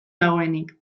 dagoenik